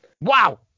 Wow